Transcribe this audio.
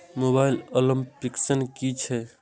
Mobile application कि छै?